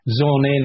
zone